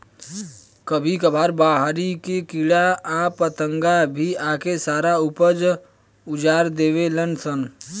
कभी कभार बहरी के कीड़ा आ पतंगा भी आके सारा ऊपज उजार देवे लान सन